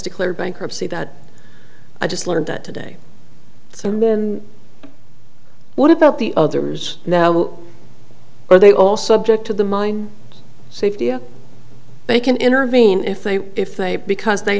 declared bankruptcy that i just learned that today so and then what about the others that are they also object to the mine safety they can intervene if they if they because they